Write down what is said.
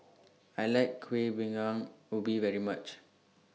I like Kuih Bingka Ubi very much